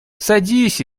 садись